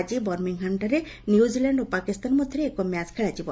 ଆକି ବର୍ମିଂହାମ୍ଠାରେ ନ୍ୟୁଜିଲାଣ୍ଡ ଓ ପାକିସ୍ତାନ ମଧ୍ୟରେ ଏକ ମ୍ୟାଚ୍ ଖେଳାଯିବ